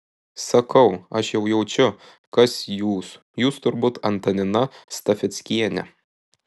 sakau aš jau jaučiu kas jūs jūs turbūt antanina stafeckienė